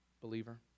Believer